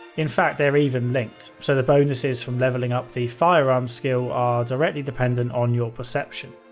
in fact, they're even linked. so the bonuses from levelling up the firearms skill are directly dependent on your perception.